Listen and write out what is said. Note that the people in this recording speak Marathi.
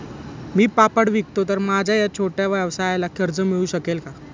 मी पापड विकतो तर माझ्या या छोट्या व्यवसायाला कर्ज मिळू शकेल का?